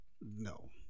No